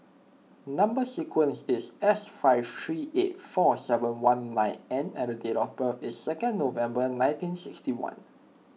Number Sequence is S five three eight four seven one nine N and date of birth is second November nineteen sixty one